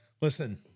Listen